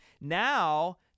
now